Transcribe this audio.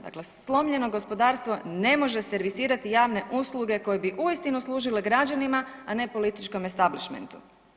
Dakle slomljeno gospodarstvo ne može servisirati javne usluge koje bi uistinu služile građanima, a ne političkome establišmentu.